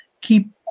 keep